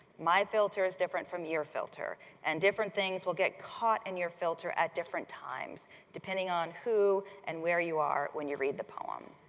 my filter is different from your filter and different things will get caught in and your filter at different times depending on who and where you are when you read the poem.